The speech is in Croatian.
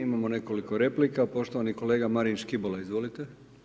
Imamo nekoliko replika, poštovani kolega Marin Škibola, izvolite.